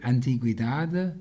Antiguidade